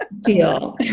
deal